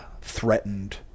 threatened